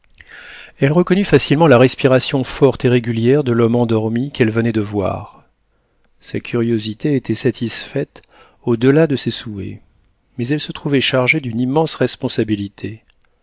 elle reconnut facilement la respiration forte et régulière de l'homme endormi qu'elle venait de voir sa curiosité était satisfaite au delà de ses souhaits mais elle se trouvait chargée d'une immense responsabilité